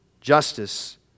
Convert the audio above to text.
Justice